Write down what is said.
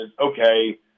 okay